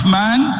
man